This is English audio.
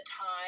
time